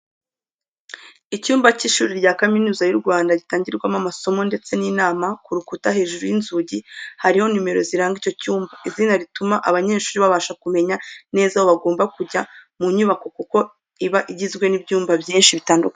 Icyumba cy’ishuri rya Kaminuza y’u Rwanda gitangirwamo amasomo, ndetse n'inama, ku rukuta hejuru y’inzugi hariho nomero ziranga icyo cyumba. Izina rituma abanyeshuri babasha kumenya neza aho bagomba kujya mu nyubako kuko iba igizwe n’ibyumba byinshi bitandukanye.